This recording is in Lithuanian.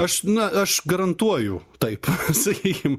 aš na aš garantuoju taip sakykim